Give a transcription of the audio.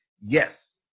Yes